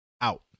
out